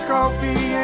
coffee